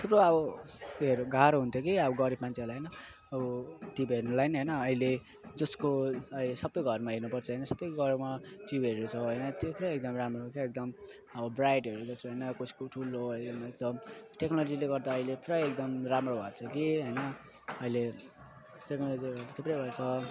थुप्रो अब त्योहरू गाह्रो हुन्थ्यो कि अब गरिब मान्छेहरूलाई होइन अब टिभी हेर्नु लागि होइन अहिले जसको अहिले सबै घरमा हेर्नुपर्छ होइन सबैको घरमा टिभीहरू छ होइन त्यो एकदम राम्रो क्या एकदम अब ब्राइडहरू गर्छ होइन कसको ठुलो टेक्नोलोजीले गर्दा अहिले पुरा एकदम राम्रो भएको छ कि होइन अहिले थुप्रै छ